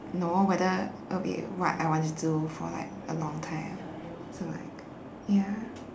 know whether it'll be what I want to do for a long time so like ya